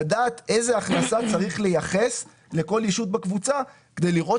לדעת איזה הכנסה צריך לייחס לכל ישות בקבוצה כדי לראות